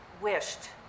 wished